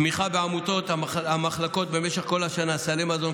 תמיכה בעמותות המחלקות במשך כל השנה סלי מזון,